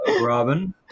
Robin